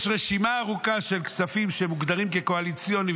רשימה ארוכה של כספים שמוגדרים כקואליציוניים,